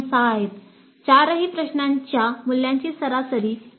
6 आहेत चारही प्रश्नांच्या मूल्यांची सरासरी 3